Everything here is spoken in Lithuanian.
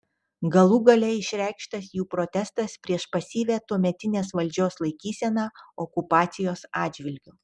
galų gale išreikštas jų protestas prieš pasyvią tuometinės valdžios laikyseną okupacijos atžvilgiu